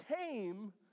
came